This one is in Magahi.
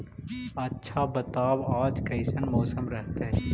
आच्छा बताब आज कैसन मौसम रहतैय?